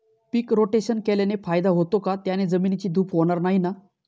पीक rotation केल्याने फायदा होतो का? त्याने जमिनीची धूप होणार नाही ना?